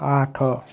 ଆଠ